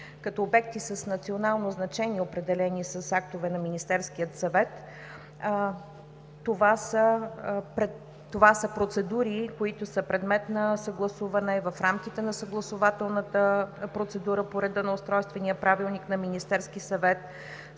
като обекти с национално значение, определени с актове на Министерския съвет. Това са процедури, които са предмет на съгласуване в рамките на съгласувателната процедура по реда на Устройствения правилник на Министерския съвет,